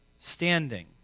standing